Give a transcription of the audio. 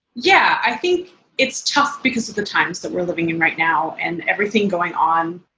yeah. i think it's tough because of the times that we're living in right now and everything going on,